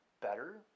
better